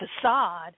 facade